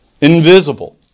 invisible